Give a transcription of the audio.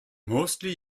mostly